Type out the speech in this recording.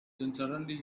suddenly